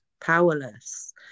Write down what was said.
powerless